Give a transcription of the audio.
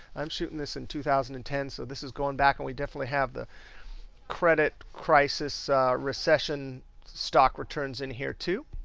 i'm shooting this in two thousand and ten, so this is going back. and we definitely have the credit crisis recession stock returns in here too.